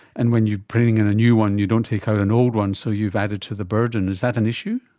and when you're putting in a new one you don't take out an old one, so you've added to the burden. is that an issue?